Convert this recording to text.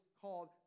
called